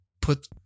put